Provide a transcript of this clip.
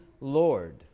Lord